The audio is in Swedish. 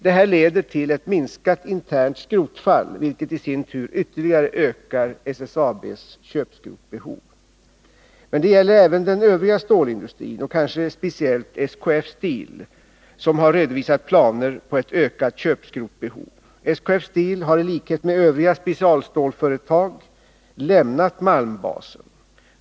Detta leder till ett minskat internt skrotfall, vilket i sin tur ytterligare ökar SSAB:s köpskrotsbehov. Detta gäller även den övriga stålindustrin, och kanske speciellt SKF Steel, som har redovisat ökat köpskrotsbehov. SKF Steel har i likhet med övriga specialstålsföretag lämnat malmbasen.